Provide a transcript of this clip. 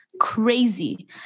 Crazy